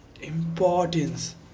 importance